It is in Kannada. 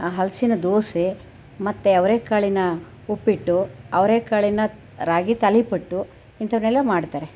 ಹಲಸಿನ ದೋಸೆ ಮತ್ತೆ ಅವರೆಕಾಳಿನ ಉಪ್ಪಿಟ್ಟು ಅವರೆಕಾಳಿನ ರಾಗಿ ತಾಲಿಪಟ್ಟು ಇಂಥವನ್ನೆಲ್ಲ ಮಾಡುತ್ತಾರೆ